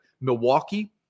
Milwaukee